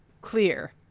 clear